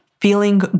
feeling